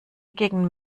gegen